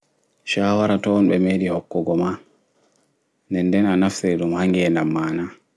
Shawara toi on ɓe meɗi hokkugo ma nɗen nɗen a naftiri ɗum ha nɗegam ma na